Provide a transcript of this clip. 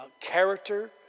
character